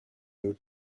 your